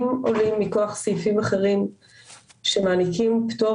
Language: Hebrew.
אם עולים מכוח סעיפים אחרים שמעניקים פטור